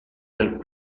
del